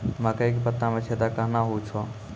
मकई के पत्ता मे छेदा कहना हु छ?